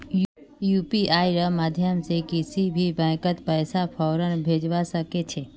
यूपीआईर माध्यम से किसी भी बैंकत पैसा फौरन भेजवा सके छे